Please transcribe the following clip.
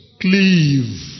Cleave